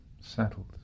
settled